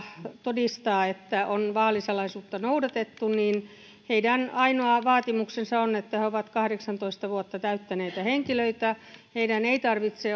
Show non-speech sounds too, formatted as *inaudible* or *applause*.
todistaa että on vaalisalaisuutta noudatettu ainoa vaatimus on että he ovat kahdeksantoista vuotta täyttäneitä henkilöitä heidän ei tarvitse *unintelligible*